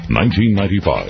1995